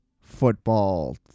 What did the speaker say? football